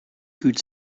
could